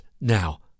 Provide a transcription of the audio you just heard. Now